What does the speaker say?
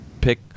pick